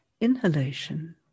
inhalation